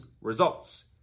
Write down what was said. results